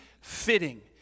fitting